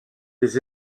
des